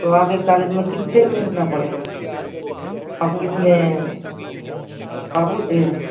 تو آگے کالج میں کس سے مِلنا پڑے گا آفس میں بابو سے